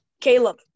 Caleb